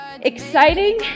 Exciting